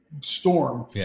storm